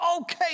okay